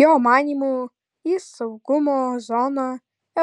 jo manymu į saugumo zoną